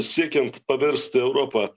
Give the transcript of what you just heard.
siekiant paversti europą